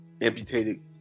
amputated